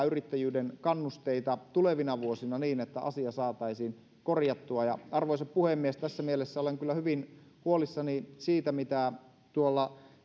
yrittäjyyden kannusteita tulevina vuosina niin että asia saataisiin korjattua arvoisa puhemies tässä mielessä olen kyllä hyvin huolissani siitä mitä